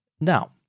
Now